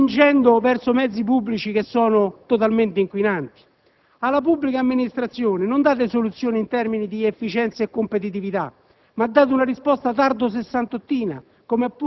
spingendo verso mezzi pubblici che sono totalmente inquinanti. Alla pubblica amministrazione non date soluzioni in termini di efficienza di competitività e di neutralità, ma date una risposta tardosessantottina